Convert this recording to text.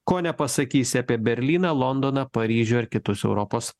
ko nepasakysi apie berlyną londoną paryžių ar kitus europos